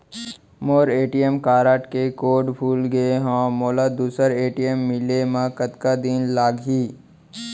मोर ATM card के कोड भुला गे हव, मोला दूसर ए.टी.एम मिले म कतका दिन लागही?